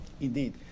Indeed